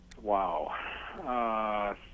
wow